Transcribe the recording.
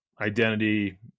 identity